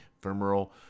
femoral